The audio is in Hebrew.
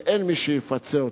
ואין מי שיפצה אותם.